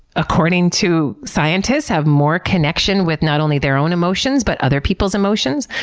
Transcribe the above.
according to scientists, have more connection with not only their own emotions but other people's emotions.